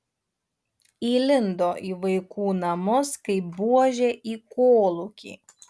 įlindo į vaikų namus kaip buožė į kolūkį